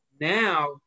now